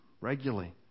regularly